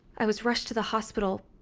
i was rushed to the hospital,